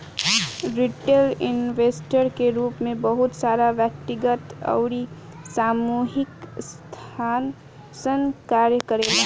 retail investor के रूप में बहुत सारा व्यक्तिगत अउरी सामूहिक संस्थासन कार्य करेले